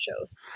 shows